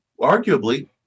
arguably